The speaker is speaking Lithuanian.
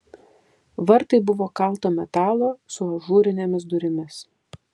vartai buvo kalto metalo su ažūrinėmis durimis